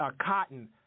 Cotton